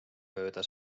mööda